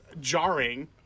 jarring